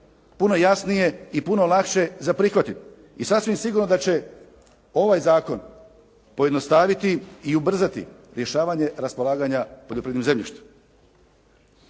puno jasnije i puno lakše za prihvatiti i sasvim sigurno da će ovaj zakon pojednostaviti i ubrzati rješavanje raspolaganja poljoprivrednim zemljištem.